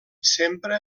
sempre